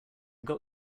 got